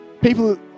people